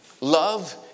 Love